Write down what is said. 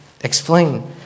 explain